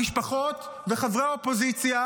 המשפחות וחברי האופוזיציה,